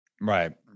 Right